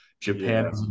japan